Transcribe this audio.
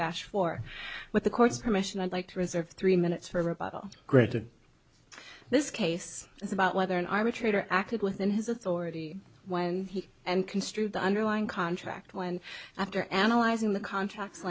dash for what the court's permission i'd like to reserve three minutes for a rebuttal granted this case is about whether an arbitrator acted within his authority when he and construed the underlying contract when after analyzing the contract